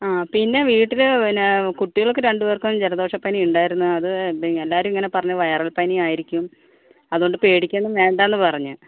ആ പിന്നെ വീട്ടില് പിന്നെ കുട്ടികൾക്ക് രണ്ട് പേർക്കും ജലദോഷപ്പനി ഉണ്ടായിരുന്നു അത് എല്ലാവരും ഇങ്ങനെ പറഞ്ഞു വയറൽ പനി ആയിരിക്കും അത്കൊണ്ട് പേടിക്കുവോന്നും വേണ്ടാന്ന് പറഞ്ഞ്